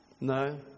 No